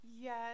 Yes